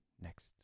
next